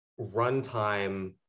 runtime